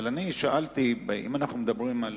אבל אני שאלתי, אם אנחנו מדברים על